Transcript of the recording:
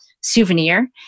souvenir